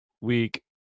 Week